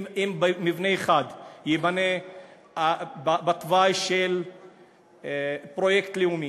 אם מבנה אחד ייבנה בתוואי של פרויקט לאומי,